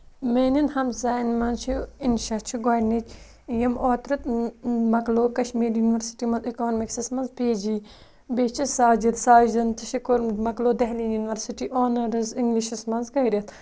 میانٮ۪ن ہمساین منٛز چھِ اِنشاء چھُ گۄڈنِچ یِم اوترٕ مۄکلیو کشمیٖر یُنورسٹی منٛز اِکانمِکسس منٛز پی جی بیٚیہِ چھِ ساجد ساجن تہِ چھِ کوٚر مۄکلو دہلی یُنورسٹی آنٲرٕز اِنگلِشس منٛز کٔرِتھ